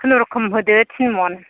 खुनुरुखुम होदो थिनमन